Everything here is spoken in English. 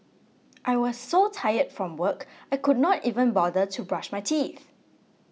I was so tired from work I could not even bother to brush my teeth